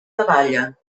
davalla